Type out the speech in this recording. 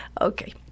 Okay